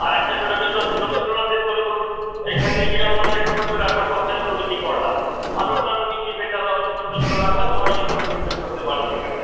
আর একটা আছে রবীন্দ্রনাথের রবীন্দ্রনাথের মনে করুন এর সাথেই বিড়ম্বনা একটা ছোট্টো নাটক বাচ্চাগুলোকে দিয়ে করালাম আর অন্যান্য কিছু ইভেন্ট আমরা আমাদের ছোটো ছোটো রাখলাম সবাই যেটা পার্টিসিপেট করে পারে সেখানটা